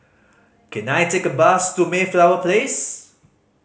can I take a bus to Mayflower Place